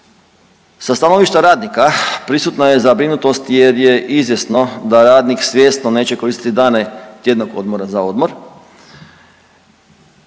Sa stanovišta radnika prisutna je zabrinutost jer je izvjesno da radnik svjesno neće koristiti dane tjednog odmora za odmor